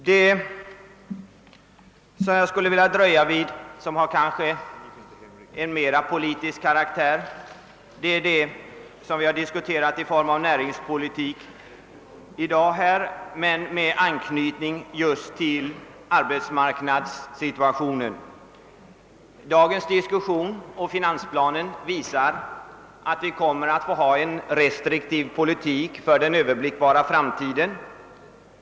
Det som jag skulle vilja dröja vid och som har en mera politisk karaktär är näringspolitiken — som vi har diskuterat i dag — med anknytning till arbetismarknadssituationen. Dagens diskussion om finansplanen visar att vi kommer att tvingas föra en restriktiv politik under den överblickbara framtiden.